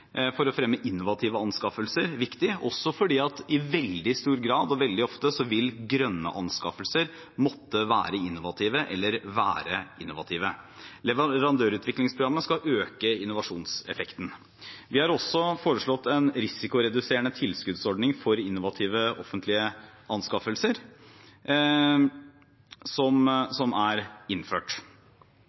for å fremme innovative anskaffelser, viktig, også fordi at i veldig stor grad og veldig ofte vil grønne anskaffelser måtte være innovative eller være innovative. Leverandørutviklingsprogrammet skal øke innovasjonseffekten. Vi har også foreslått en risikoreduserende tilskuddsordning for innovative offentlige anskaffelser, som er innført.